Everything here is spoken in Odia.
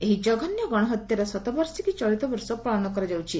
ଏହି ଜଘନ୍ୟ ଗଣହତ୍ୟାର ଶତବାର୍ଷିକୀ ଚଳିତବର୍ଷ ପାଳନ କରାଯାଉଛି